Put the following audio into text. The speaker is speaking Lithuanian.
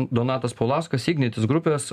donatas paulauskas ignitis grupės